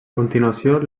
continuació